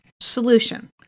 Solution